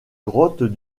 grottes